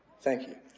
thank you.